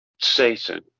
Satan